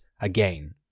again